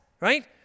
right